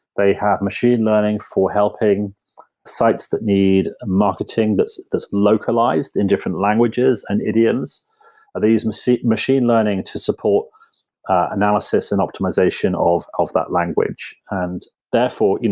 they have machine learning for helping sites that need marketing that's that's localized in different languages and idioms these machine machine learning to support analysis and optimization of of that language. and therefore,